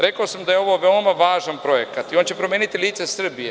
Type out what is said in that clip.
Rekao sam da je ovo veoma važan projekat i on će promeniti lice Srbije.